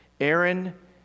Aaron